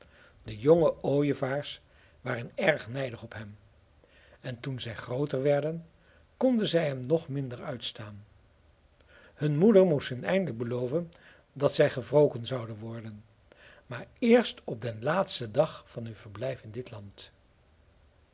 de jonge ooievaars waren erg nijdig op hem en toen zij grooter werden konden zij hem nog minder uitstaan hun moeder moest hun eindelijk beloven dat zij gewroken zouden worden maar eerst op den laatsten dag van hun verblijf in dit land